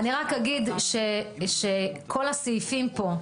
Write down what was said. --- אני רק אגיד שכל הסעיפים פה,